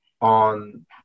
on